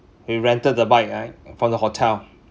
we rented the bike right from the hotel